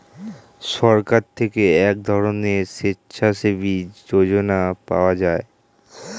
সরকার থেকে এক ধরনের স্বেচ্ছাসেবী যোজনা পাওয়া যায়